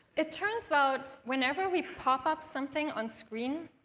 it turns out whenever we pop up something on screen,